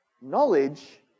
Knowledge